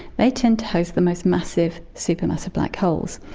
they tend to host the most massive supermassive black holes.